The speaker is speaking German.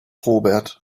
robert